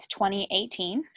2018